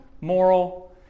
moral